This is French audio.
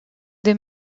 des